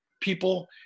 people